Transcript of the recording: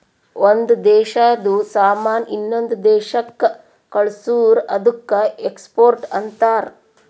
ಒಂದ್ ದೇಶಾದು ಸಾಮಾನ್ ಇನ್ನೊಂದು ದೇಶಾಕ್ಕ ಕಳ್ಸುರ್ ಅದ್ದುಕ ಎಕ್ಸ್ಪೋರ್ಟ್ ಅಂತಾರ್